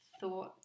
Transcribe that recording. thought